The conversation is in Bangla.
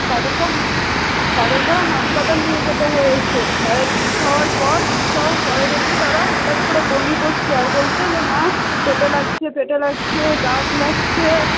তাদেরকেও তাদেরকেও হাসপাতাল নিয়ে যেতে হয়েছে তাদের দুধ খাওয়ার পর দুধ খাওয়ার পরে দেখছি তারা হঠাৎ করে বমি করছে আর বলছে যে মা পেটে লাগছে পেটে লাগছে গা গুলাচ্ছে